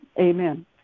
amen